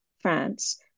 France